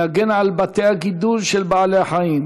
להגן על בתי הגידול של בעלי החיים,